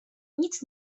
nic